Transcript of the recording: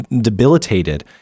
debilitated